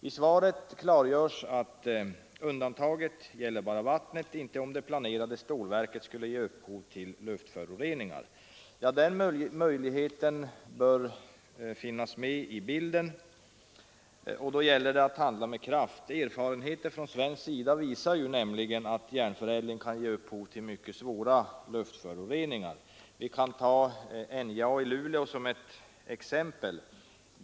I svaret klargörs att undantaget bara gäller vattnet. Däremot gäller det inte om det planerade stålverket skulle ge upphov till luftföroreningar. Ja, den möjligheten finns också, och då gäller det att handla med kraft. Erfarenheter från svensk sida visar nämligen att järnförädling kan ge upphov till mycket svåra luftföroreningar. Vi kan ta NJA i Luleå som exempel.